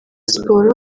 siporo